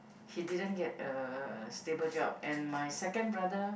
he didn't get a stable job and my second brother